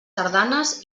tardanes